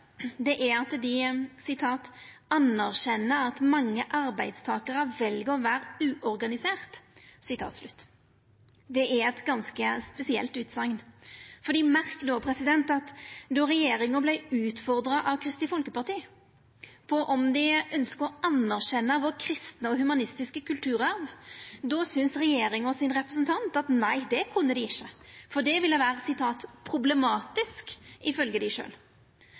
kutta. Det andre dei gjer, er at dei «anerkjenner at mange arbeidstakere velger å være uorganisert.» Det er ei ganske spesiell utsegn, for merk at då regjeringa vart utfordra av Kristeleg Folkeparti på om dei ønskte å anerkjenna vår kristne og humanistiske kulturarv, då syntest regjeringa sin representant at nei, det kunne dei ikkje, for det ville vera «problematisk», ifølgje dei. Med andre ord: Det er problematisk.